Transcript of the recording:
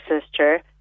sister